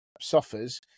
suffers